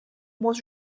was